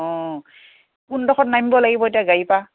অঁ কোনডোখৰত নামিব লাগিব এতিয়া গাড়ীৰপৰা